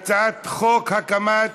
הצעת חוק הקמת